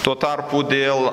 tuo tarpu dėl